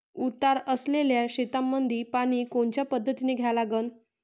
उतार असलेल्या शेतामंदी पानी कोनच्या पद्धतीने द्या लागन?